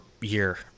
year